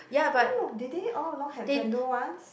no did they all along have chendol ones